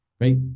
Right